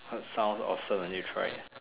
what sound offer the news right